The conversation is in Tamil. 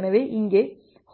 எனவே இங்கே